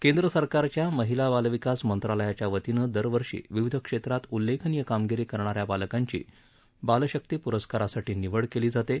केंद्रसरकारच्या महिला बाल विकास मंत्रालयाच्या वतीनं दरवर्षी विविध क्षेत्रात उल्लेखनीय कामगिरी करणाऱ्या बालकांची बालशक्ती पुरस्कारासाठी निवड केली जाते